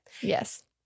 yes